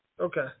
Okay